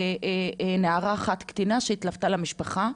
ונערה אחת קטינה שהתלוותה למשפחה,